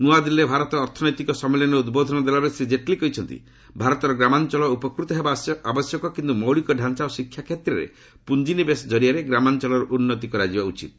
ନ୍ରଆଦିଲ୍ଲୀରେ ଭାରତ ଅର୍ଥନୈତିକ ସମ୍ମିଳନୀରେ ଉଦ୍ବୋଧନ ଦେଲାବେଳେ ଶ୍ରୀ ଜେଟଲୀ କହିଛନ୍ତି ଭାରତର ଗ୍ରାମାଞ୍ଚଳ ଉପକୃତ ହେବା ଆବଶ୍ୟକ କିନ୍ତୁ ମୌଳିକ ଢାଞ୍ଚା ଓ ଶିକ୍ଷା କ୍ଷେତ୍ରରେ ପୁଞ୍ଜିନିବେଶ ଜାରିଆରେ ଗ୍ରାମାଞ୍ଚଳର ଉନ୍ନତି କରାଯିବା ଉଚିତ୍